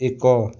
ଏକ